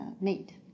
made